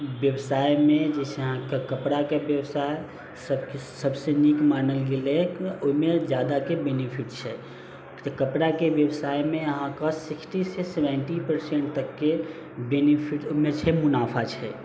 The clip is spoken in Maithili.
व्यवसायमे जे छै अहाँके कपड़ाके व्यवसाय सबके सबसँ नीक मानल गेलै ओहिमे जादाके बेनिफिट छै कपड़ाके व्यवसायमे अहाँके सिक्स्टीसँ सेवेन्टी परसेन्ट तकके बेनिफिटमे छै मुनाफा छै